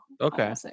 okay